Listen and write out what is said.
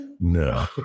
no